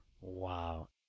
Wow